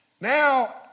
Now